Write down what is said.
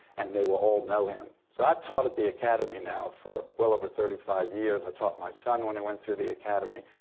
and they will all know him. so i've taught at the academy now for well over thirty five years. i taught my son when i went through the academy.